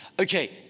okay